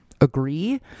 agree